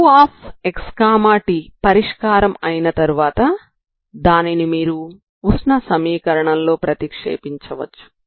uxt పరిష్కారం అయిన తర్వాత దానిని మీరు ఉష్ణ సమీకరణంలో ప్రతిక్షేపించవచ్చు